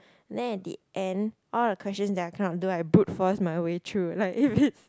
then at the end all the questions that I cannot do I brute force my way through like if it's